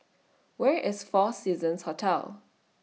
Where IS four Seasons Hotel